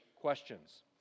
questions